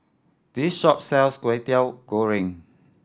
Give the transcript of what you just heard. this shop sells Kwetiau Goreng